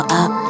up